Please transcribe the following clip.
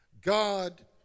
God